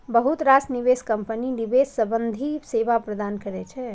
बहुत रास निवेश कंपनी निवेश संबंधी सेवा प्रदान करै छै